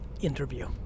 interview